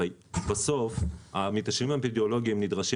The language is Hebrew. הרי בסוף המתשאלים האפידמיולוגיים נדרשים